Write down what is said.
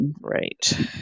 right